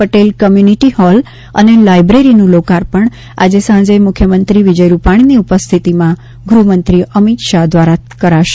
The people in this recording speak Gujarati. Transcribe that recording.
પટેલ કમ્યુનિટી હોલ અને લાઇબ્રેરીનું લોકાર્પણ આજે સાંજે મુખ્યમંત્રી વિજય રૂપાણીની ઉપસ્થિતિમાં ગૃહમંત્રી અમિત શાહ દ્વારા કરાશે